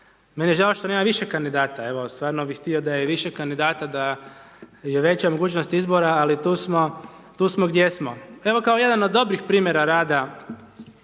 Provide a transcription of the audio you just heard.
je žao što nema više kandidata, evo bi stvarno bi htio da je više kandidata da je veća mogućnost izbora ali tu smo, gdje smo. Evo kao jedan od dobrih primjera rada